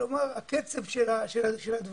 כלומר, הקצב של הדברים.